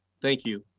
thank you.